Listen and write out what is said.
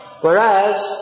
Whereas